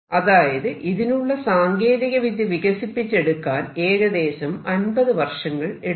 അതായത് ഇതിനുള്ള സാങ്കേതിക വിദ്യ വികസിപ്പിച്ചെടുക്കാൻ ഏകദേശം 50 വർഷങ്ങൾ എടുത്തു